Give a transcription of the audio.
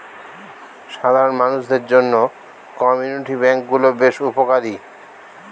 সাধারণ মানুষদের জন্য কমিউনিটি ব্যাঙ্ক গুলো বেশ উপকারী